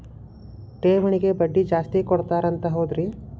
ಠೇವಣಿಗ ಬಡ್ಡಿ ಜಾಸ್ತಿ ಕೊಡ್ತಾರಂತ ಹೌದ್ರಿ?